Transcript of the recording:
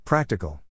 Practical